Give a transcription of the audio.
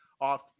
off